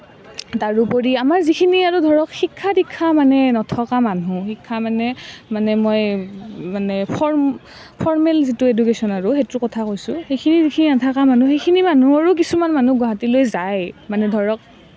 তাৰোপৰি আমাৰ যিখিনি আৰু ধৰক শিক্ষা দীক্ষা মানে নথকা মানুহ শিক্ষা মানে মানে মই মানে ফৰ ফৰ্মেল যিটো এডুকেশ্যন আৰু সেইটোৰ কথা কৈছোঁ সেইখিনি যিখিনি নথকা মানুহ সেইখিনি মানুহৰো কিছুমান মানুহ গুৱাহাটীলৈ যায় মানে ধৰক